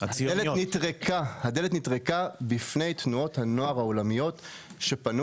הדלת נטרקה בפני תנועות הנוער העולמיות שפנו